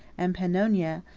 and pannonia,